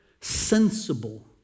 Sensible